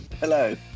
Hello